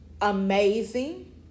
Amazing